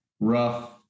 rough